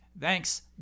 Thanks